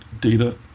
data